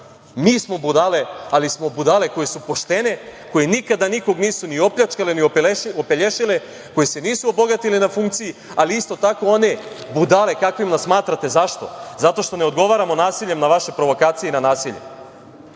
mi smo budale, ali smo budale koje su poštene, koji nikada nikoga nisu ni opljačkale, ni opelješile, koje se nisu obogatile na funkciji, ali isto tako one budale, kakve nas smatrate, zašto? Zato što ne odgovaramo nasiljem na vaše provokacije i na nasilje. Stidite